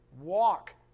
Walk